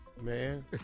Man